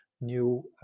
new